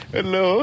Hello